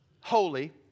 holy